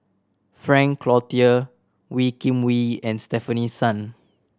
Frank Cloutier Wee Kim Wee and Stefanie Sun